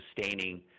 sustaining